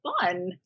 fun